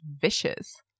vicious